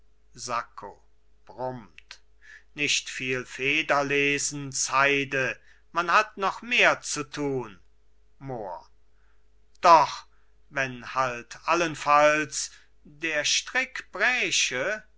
sacco brummt nicht viel federlesens heide man hat noch mehr zu tun mohr doch wenn halt allenfalls der strick bräche